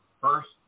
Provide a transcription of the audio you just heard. first